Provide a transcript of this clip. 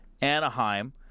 Anaheim